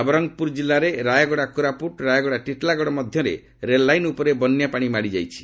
ନବରଙ୍ଗପୁର ଜିଲ୍ଲାରେ ରାୟଗଡ଼ା କୋରାପୁଟ ରାୟଗଡ଼ା ଟିଟିଲାଗଡ଼ ମଧ୍ୟରେ ରେଲଲାଇନ୍ ଉପରେ ବନ୍ୟାପାଣି ମାଡ଼ିଯାଇଛି